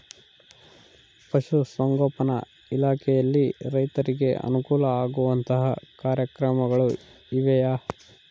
ಪಶುಸಂಗೋಪನಾ ಇಲಾಖೆಯಲ್ಲಿ ರೈತರಿಗೆ ಅನುಕೂಲ ಆಗುವಂತಹ ಕಾರ್ಯಕ್ರಮಗಳು ಇವೆಯಾ?